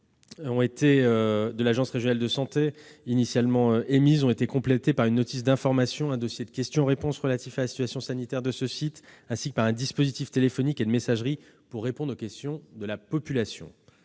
initiales de l'Agence régionale de santé (ARS) ont été complétées par une notice d'information, un dossier de questions-réponses relatif à la situation sanitaire de ce site et un dispositif téléphonique et de messagerie pour répondre aux questions de la population.